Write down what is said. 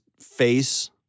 face